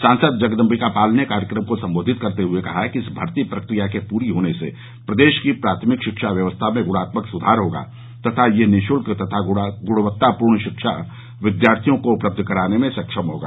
सांसद जगदम्बिका पाल ने कार्यक्रम को संबोधित करते हुए कहा कि इस भर्ती प्रक्रिया के पूरा होने से प्रदेश की प्राथमिक शिक्षा व्यवस्था में गुणात्मक सुधार होगा तथा यह निःशुल्क तथा गुणत्तापूर्ण शिक्षा विद्यार्थियों को उपलब्ध कराने में सक्षम होगा